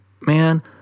man